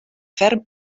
ferm